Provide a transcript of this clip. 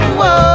whoa